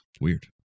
Weird